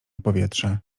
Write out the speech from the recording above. powietrze